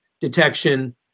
detection